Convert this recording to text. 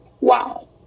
wow